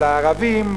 על הערבים,